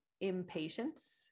impatience